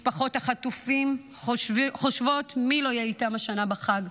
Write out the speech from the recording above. משפחות החטופים חושבות מי לא יהיה איתן השנה בחג,